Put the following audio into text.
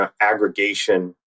aggregation